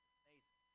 amazing